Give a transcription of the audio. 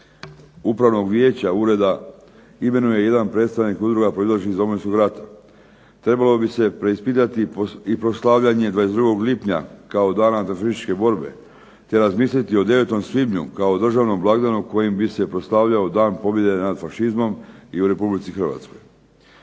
Upravnog vijeća ureda imenuje jedan predstavnik udruga proizašlih iz Domovinskog rata. Trebalo bi se preispitati i proslavljanje 22. lipnja kao dana Antifašističke borbe, te razmisliti i o 9. svibnju kao državnom blagdanu kojim bi se proslavljao dan pobjede nad fašizmom i u Republici Hrvatskoj.